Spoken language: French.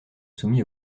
soumis